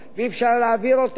ואני רוצה להתריע,